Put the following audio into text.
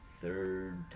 third